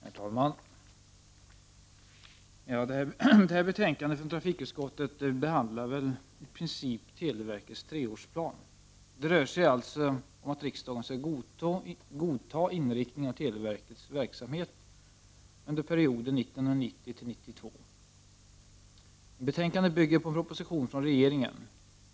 Herr talman! Det här betänkandet från trafikutskottet behandlar väl i princip televerkets treårsplan. Det rör sig alltså om att riksdagen skall godta inriktningen av televerkets verksamhet under perioden 1990-1992. Betänkandet bygger på en proposition från regeringen.